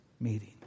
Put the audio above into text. meeting